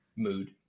mood